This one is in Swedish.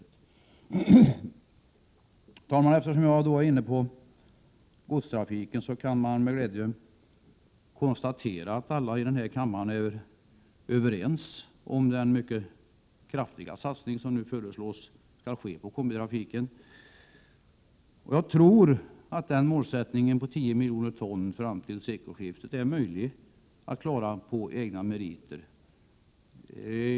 Herr talman! Eftersom jag då är inne på godstrafiken vill jag med glädje konstatera att alla här i kammaren är överens om den mycket kraftiga satsning som nu föreslås ske på kombitrafiken. Jag tror att målsättningen på 10 miljoner ton fram till sekelskiftet är möjlig att klara på egna meriter.